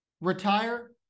Retire